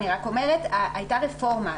הייתה רפורמה,